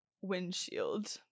windshield